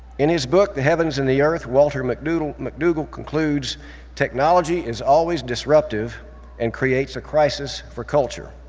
in his book the heavens and the earth, walter mcdougall mcdougall concludes technology is always disruptive and creates a crisis for culture.